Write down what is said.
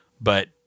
but-